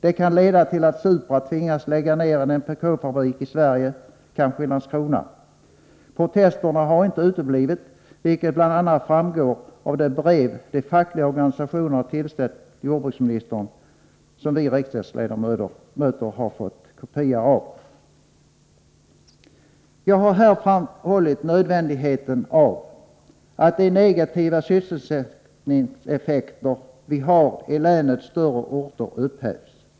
Det kan leda till att Supra tvingas lägga ner en NPK-fabrik i Sverige — kanske i Landskrona. Protesterna har inte uteblivit, vilket bl.a. framgår av det brev de fackliga organisationerna tillställt jordbruksministern och som vi riksdagsledamöter fått kopia av. Jag har här framhållit nödvändigheten av att de negativa sysselsättningseffekter vi har i länets större orter upphävs.